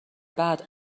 بعد